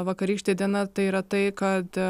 vakarykštė diena tai yra tai kad